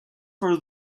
for